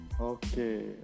Okay